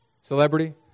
Celebrity